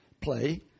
play